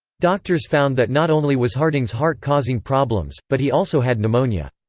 doctors found that not only was harding's heart causing problems, but he also had pneumonia.